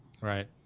Right